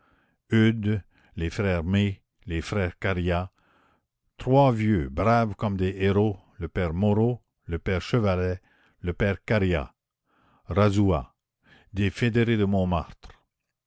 les frères may les frères caria trois vieux braves comme des héros le père moreau le père chevalet le père caria razoua des fédérés de montmartre